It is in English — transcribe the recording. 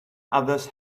others